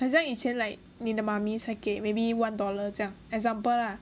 很像以前 like 你的 mummy 才给 maybe one dollar 这样 example lah